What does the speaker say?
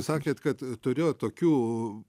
sakėt kad turėjot tokių